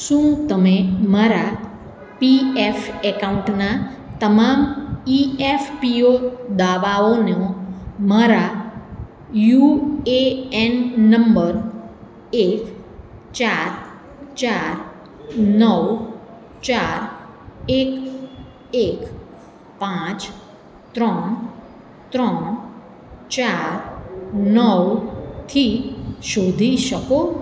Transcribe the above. શું તમે મારા પીએફ એકાઉન્ટના તમામ ઈએફપીઓ દાવાઓનો મારા યુએએન નંબર એક ચાર ચાર નવ ચાર એક એક પાંચ ત્રણ ત્રણ ચાર નવ થી શોધી શકો